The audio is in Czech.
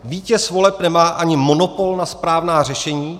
Vítěz voleb nemá ani monopol na správná řešení.